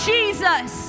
Jesus